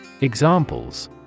Examples